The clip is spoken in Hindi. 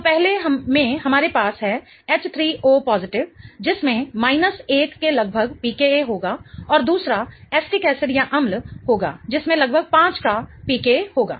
तो पहले में हमारे पास है H3O जिसमें माइनस 1 के लगभग pKa होगा और दूसरा एसिटिक एसिडअम्ल होगा जिसमें लगभग 5 का pKa होगा